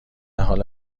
حال